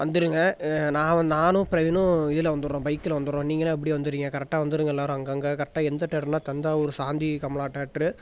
வந்துடுங்க நான் வந் நானும் பிரவீனும் இதில் வந்துடறோம் பைக்கில் வந்துடறோம் நீங்களாம் அப்படியே வந்துடுங்க கரெக்டாக வந்துடுங்க எல்லோரும் அங்கங்கே கரெக்டாக எந்த டேட்டருன்னா தஞ்சாவூர் சாந்தி கமலா டேட்டரு